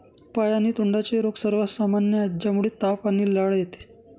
पाय आणि तोंडाचे रोग सर्वात सामान्य आहेत, ज्यामुळे ताप आणि लाळ येते